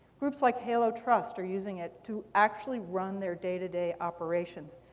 groups like halo trust are using it to actually run their day to day operations.